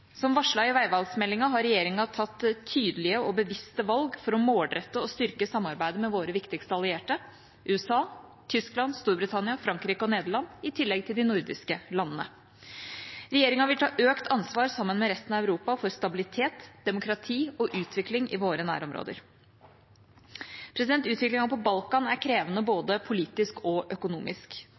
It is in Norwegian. Som varslet i veivalgsmeldingen har regjeringa tatt tydelige og bevisste valg for å målrette og styrke samarbeidet med våre viktigste allierte – USA, Tyskland, Storbritannia, Frankrike og Nederland, i tillegg til de nordiske landene. Regjeringa vil ta økt ansvar sammen med resten av Europa for stabilitet, demokrati og utvikling i våre nærområder. Utviklingen på Balkan er krevende både politisk og økonomisk.